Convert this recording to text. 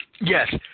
Yes